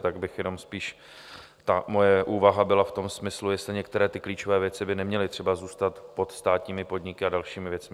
Tak bych jenom spíš ta moje úvaha byla v tom smyslu, jestli některé ty klíčové věci by neměly třeba zůstat pod státními podniky a dalšími věcmi.